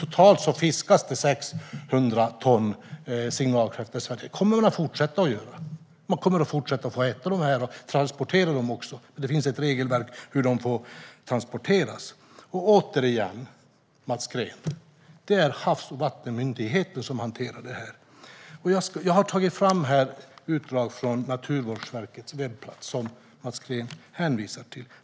Totalt fiskas 600 ton signalkräftor. Man kommer att få fortsätta äta och transportera kräftor, men det finns ett regelverk för hur de får transporteras. Återigen säger jag till Mats Green att det är Havs och Vattenmyndigheten som hanterar dessa frågor. Jag har här tagit fram ett utdrag från Naturvårdsverkets webbplats, som Mats Green hänvisar till.